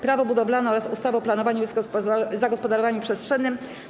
Prawo budowlane oraz ustawy o planowaniu i zagospodarowaniu przestrzennym.